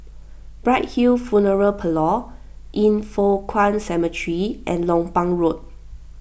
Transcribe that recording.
Bright Hill Funeral Parlour Yin Foh Kuan Cemetery and Lompang Road